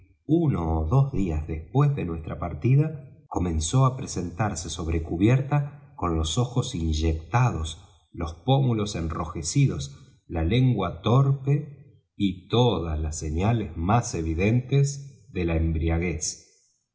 uno ó dos días después de nuestra partida comenzó á presentarse sobre cubierta con los ojos inyectados los pómulos enrojecidos la lengua torpe y todas las señales más evidentes de la embriaguez